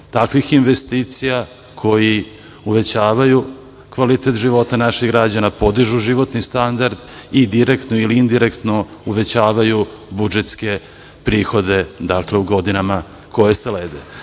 Takvih investicija, koji uvećavaju kvalitet života naših građana, podižu životni standard i direktno ili indirektno uvećavaju budžetske prihode u godinama koje sleduju.